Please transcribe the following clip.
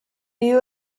you